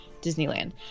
Disneyland